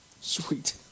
Sweet